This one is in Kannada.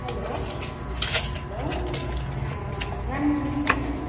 ಹಲೋ ಹಲೋ ಮ್ಯಾಮ್ ನಮಸ್ತೆ ಮ್ಯಾಮ್